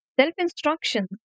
self-instruction